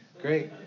Great